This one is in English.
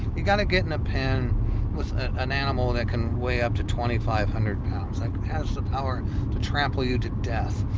you gotta get in a pen with an animal that can weigh up to twenty-five hundred pounds and has the power to trample you to death.